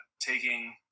taking